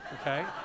okay